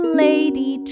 lady